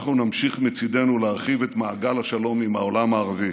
אנחנו נמשיך מצידנו להרחיב את מעגל השלום עם העולם הערבי.